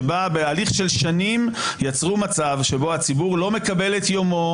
שבה בהליך של שנים יצרו מצב שבו הציבור לא מקבל את יומו,